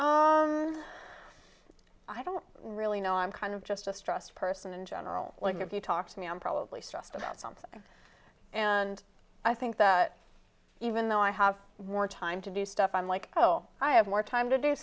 i don't really know i'm kind of just distrust person in general when you're you talk to me i'm probably stressed about something and i think that even though i have more time to do stuff i'm like oh i have more time to do